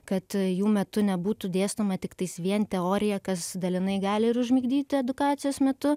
kad jų metu nebūtų dėstoma tiktais vien teorija kas dalinai gali ir užmigdyti edukacijos metu